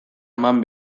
eman